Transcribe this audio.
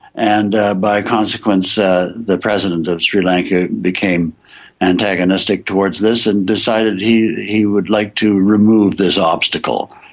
and ah by consequence ah the president of sri lanka became antagonistic towards this and decided he he would like to remove this obstacle.